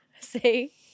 See